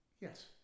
yes